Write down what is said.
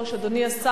אדוני השר,